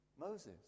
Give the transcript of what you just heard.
Moses